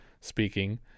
speaking